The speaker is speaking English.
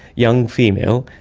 young female,